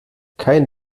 kein